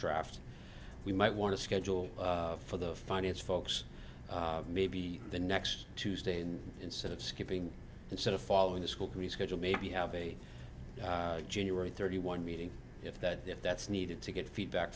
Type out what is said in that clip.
draft we might want to schedule for the finance folks maybe the next tuesday and instead of skipping instead of following the school reschedule maybe have a january thirty one meeting if that if that's needed to get feedback